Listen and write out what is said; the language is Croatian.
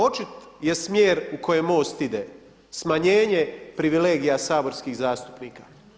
Očit je smjer u kojem MOST ide, smanjenje privilegija saborskih zastupnika.